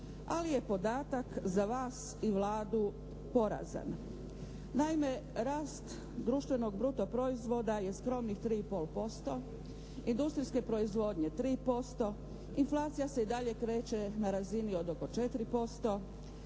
ali je podatak za vas i Vladu porazan. Naime, rast društvenog bruto proizvoda je skromnih 3,5%, industrijske proizvodnje 3%, inflacija se i dalje kreće na razini od oko 4%,